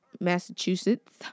Massachusetts